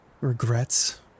Regrets